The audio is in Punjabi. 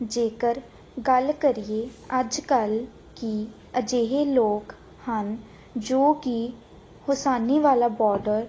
ਜੇਕਰ ਗੱਲ ਕਰੀਏ ਅੱਜ ਕੱਲ ਕਿ ਅਜਿਹੇ ਲੋਕ ਹਨ ਜੋ ਕਿ ਹੁਸੈਨੀਵਾਲਾ ਬੋਡਰ